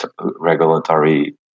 regulatory